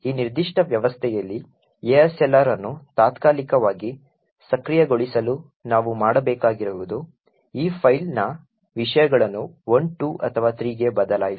ಈ ನಿರ್ದಿಷ್ಟ ವ್ಯವಸ್ಥೆಯಲ್ಲಿ ASLR ಅನ್ನು ತಾತ್ಕಾಲಿಕವಾಗಿ ಸಕ್ರಿಯಗೊಳಿಸಲು ನಾವು ಮಾಡಬೇಕಾಗಿರುವುದು ಈ ಫೈಲ್ನ ವಿಷಯಗಳನ್ನು 1 2 ಅಥವಾ 3 ಗೆ ಬದಲಾಯಿಸುವುದು